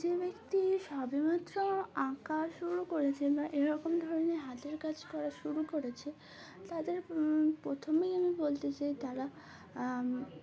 যে ব্যক্তি সবেমাত্র আঁকা শুরু করেছে বা এরকম ধরনের হাতের কাজ করা শুরু করেছে তাদের প্রথমেই আমি বলতে চাই তারা